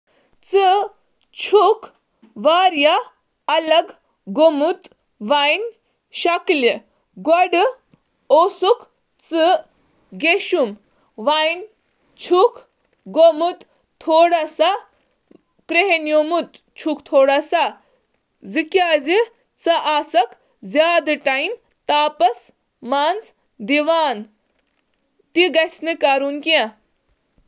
تۄہہِ چُھ پنٕنۍ شکل تبدیل کٔرمٕژ۔ تُہُنٛد بُتھ چُھنہٕ تیوٗت صاف یوٗت یہِ گۄڈٕ اوس۔ تُہۍ چھِو تاپس منٛز واریاہ وقت گُزاران۔